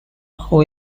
who